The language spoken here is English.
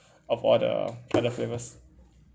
of all the other flavours